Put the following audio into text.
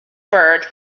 bird